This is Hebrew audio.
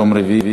יום רביעי,